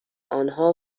آنها